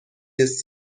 this